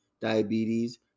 diabetes